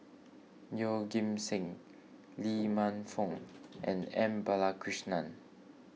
Yeoh Ghim Seng Lee Man Fong and M Balakrishnan